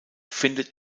findet